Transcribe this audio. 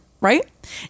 right